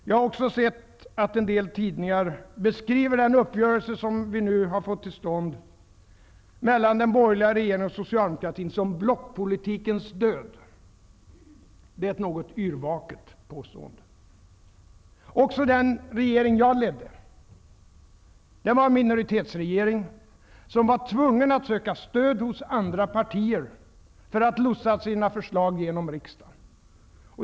Jag har också sett att en del tidningar beskriver den uppgörelse som vi nu har fått till stånd mellan den borgerliga regeringen och Socialdemokraterna som blockpolitikens död. Det är ett något yrvaket påstående. Också den regering jag ledde var en minoritetsregering som var tvungen att söka stöd hos andra partier för att lotsa sina förslag genom riksdagen.